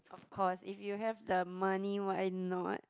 of course if you have the money why not